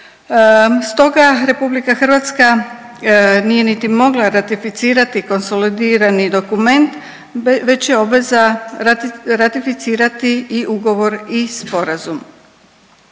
Stoga RH nije niti mogla ratificirati konsolidirani dokument već je obveza ratificirati i ugovor i sporazum.